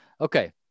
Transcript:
Okay